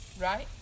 right